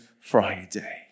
Friday